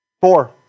Four